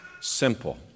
simple